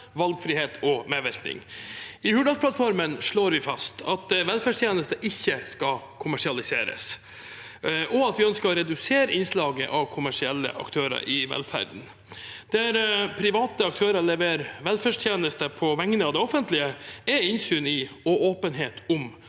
valgfrihet og medvirkning. I Hurdalsplattformen slår vi fast at velferdstjenester ikke skal kommersialiseres, og at vi ønsker å redusere innslaget av kommersielle aktører i velferden. Der private aktører leverer velferdstjenester på vegne av det offentlige, er innsyn i og åpenhet om